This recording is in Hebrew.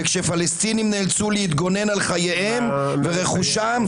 וכשפלסטינים נאלצו להתגונן על חייהם ורכושם,